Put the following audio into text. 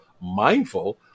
mindful